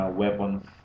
weapons